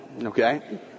Okay